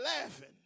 laughing